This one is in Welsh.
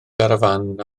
garafán